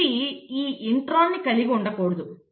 recipe ఈ ఇంట్రాన్ని కలిగి ఉండకూడదు